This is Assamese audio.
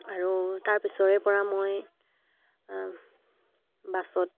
আৰু তাৰপিছৰেপৰা মই বাছত